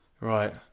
Right